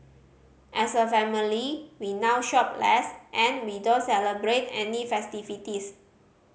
as a family we now shop less and we don't celebrate any festivities